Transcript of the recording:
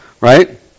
right